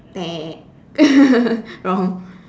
wrong